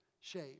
shape